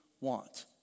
want